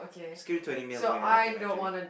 just give me twenty mil to make a documentary